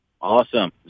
Awesome